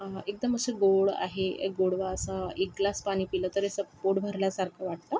एकदम असं गोड आहे एक गोडवा असा एक ग्लास पाणी पिलं तरी असं पोट भरल्यासारखं वाटतं